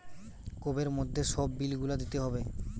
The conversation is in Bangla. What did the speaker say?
কোবের মধ্যে সব বিল গুলা দিতে হবে